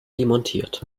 demontiert